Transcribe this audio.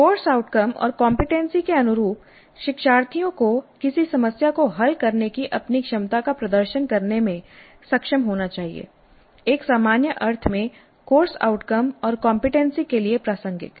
course outcome और competency के अनुरूप शिक्षार्थियों को किसी समस्या को हल करने की अपनी क्षमता का प्रदर्शन करने में सक्षम होना चाहिए एक सामान्य अर्थ में कोर्स आउटकम और कमपेटेंसी के लिए प्रासंगिक